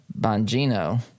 Bongino